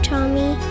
Tommy